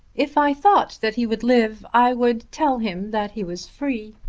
if i thought that he would live i would tell him that he was free.